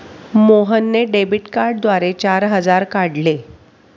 मोहनने डेबिट कार्डद्वारे चार हजार काढले